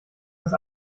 das